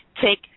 Take